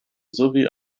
sowie